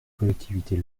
collectivités